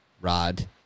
Rod